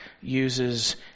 uses